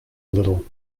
little